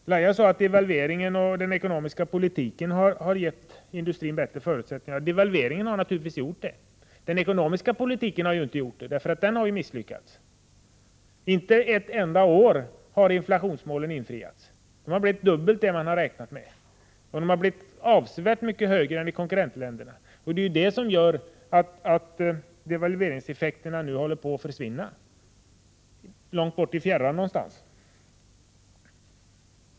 Lahja Exner hävdade att devalveringen och den ekonomiska politiken har gett industrin bättre förutsättningar. Devalveringen har naturligtvis gjort det, men inte den ekonomiska politiken, eftersom den har misslyckats. Inte ett enda år har inflationsmålen infriats. Inflationen har blivit dubbelt så hög som man har räknat med och avsevärt mycket högre än i konkurrentländerna. Det är detta som gör att devalveringseffekterna nu håller på att försvinna.